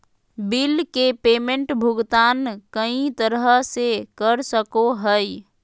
bill के payment भुगतान कई तरह से कर सको हइ